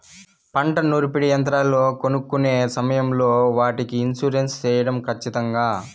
పంట నూర్పిడి యంత్రాలు కొనుక్కొనే సమయం లో వాటికి ఇన్సూరెన్సు సేయడం ఖచ్చితంగా?